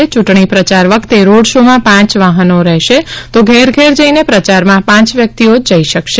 યૂંટણી પ્રચાર વખતે રોડ શોમાં પાંચ વાહનો રહેશે તો ઘેર ઘેર જઈને પ્રચારમાં પાંચ વ્યક્તિઓ જ જઈ શકશે